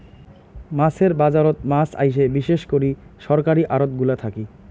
মাছের বাজারত মাছ আইসে বিশেষ করি সরকারী আড়তগুলা থাকি